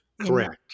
correct